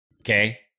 Okay